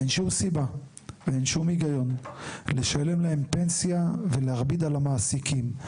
אין שום סיבה ואין שום היגיון לשלם להם פנסיה ולהכביד על המעסיקים,